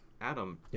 Adam